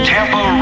Tampa